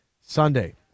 Sunday